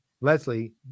leslie